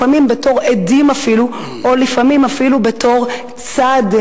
לפעמים בתור עדים אפילו או לפעמים אפילו בתור צד,